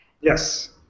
Yes